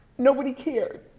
nobody cared.